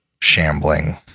shambling